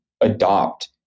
adopt